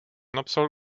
napsal